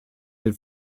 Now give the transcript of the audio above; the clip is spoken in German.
den